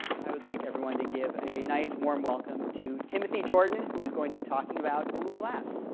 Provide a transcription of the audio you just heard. i would like everyone to give a nice warm welcome to timothy jordan, who is going to be talking about google glass.